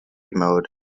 mode